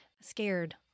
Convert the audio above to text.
Scared